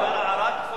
אפשר הערה,